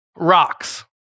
rocks